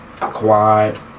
quad